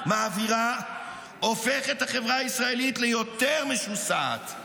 מעבירה הופך את החברה הישראלית ליותר משוסעת,